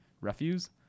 refuse